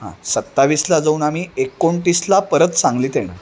हां सत्तावीसला जाऊन आम्ही एकोणतीसला परत सांगलीत येणार